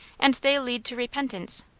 and they lead to repentance.